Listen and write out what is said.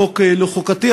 חוק לא חוקתי,